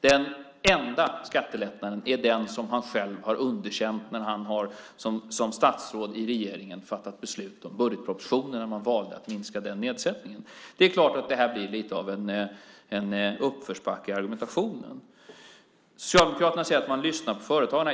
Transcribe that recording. Den enda skattelättnaden är den som han själv har underkänt när han som statsråd i regeringen har fattat beslut om budgetpropositionen när man valde att minska den nedsättningen. Det är klart att det här blir lite av en uppförsbacke i argumentationen. Socialdemokraterna säger att man lyssnar på företagarna.